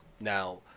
now